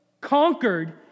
conquered